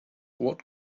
what